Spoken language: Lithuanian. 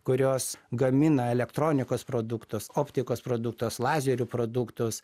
kurios gamina elektronikos produktus optikos produktus lazerių produktus